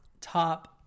top